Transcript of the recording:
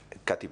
קטי,